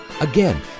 Again